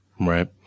Right